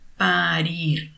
Parir